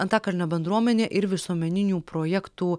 antakalnio bendruomenė ir visuomeninių projektų